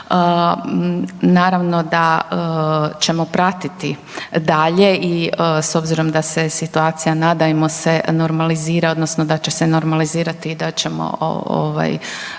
Naravno da ćemo pratiti dalje i s obzirom da se situacija nadajmo se normalizira odnosno da će se normalizirati i da ćemo